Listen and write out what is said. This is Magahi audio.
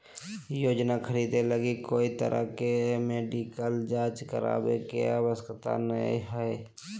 योजना खरीदे लगी कोय तरह के मेडिकल जांच करावे के आवश्यकता नयय हइ